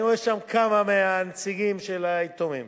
אני רואה שם כמה מהנציגים של היתומים,